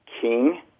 King